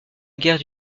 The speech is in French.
guerre